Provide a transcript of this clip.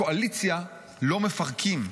וקואליציה לא מפרקים.